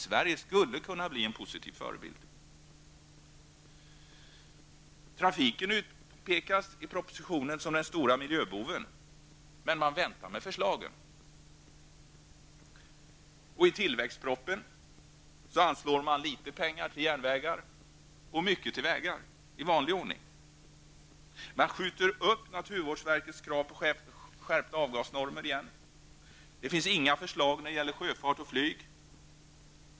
Sverige skulle kunna bli en positiv förebild. Trafiken utpekas i propositionen som den stora miljöboven, men man väntar med förslagen. I tillväxtpropositionen anslår man litet pengar till järnvägar och mycket pengar till vägar i vanlig ordning. Man skjuter upp naturvårdsverkets krav på skärpta avgasnormer igen. Det finns inga förslag när det gäller sjöfart och flyg.